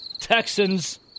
Texans